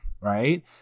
right